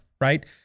right